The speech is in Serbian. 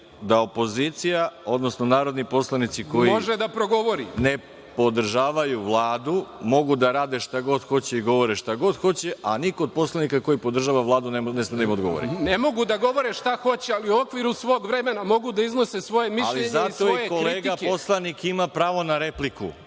da opozicija odnosno narodni poslanici koji ne podržavaju Vladu mogu da rade šta god hoće i govore šta god hoće, a niko od poslanika koji podržava Vladu ne sme da im odgovori. **Nemanja Šarović** Ne mogu da govore šta hoće, ali u okviru svog vremena mogu da iznose svoje mišljenje i svoje kritike. **Veroljub Arsić** Ali zato i kolega poslanik ima pravo na repliku.